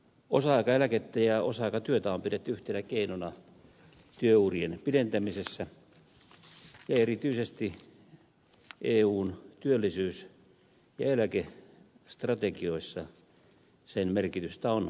osa aikaeläkettä ja osa aikatyötä on pidetty yhtenä keinona työurien pidentämisessä ja erityisesti eun työllisyys ja eläkestrategioissa sen merkitystä on korostettu